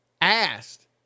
asked